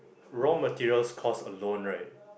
raw material cost alone right